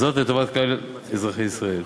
זאת, לטובת כלל אזרחי ישראל.